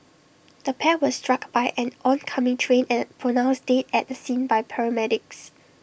the pair were struck by an oncoming train and pronounced dead at the scene by paramedics